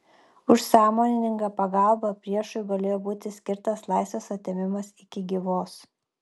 už sąmoningą pagalbą priešui galėjo būti skirtas laisvės atėmimas iki gyvos